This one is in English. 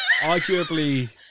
arguably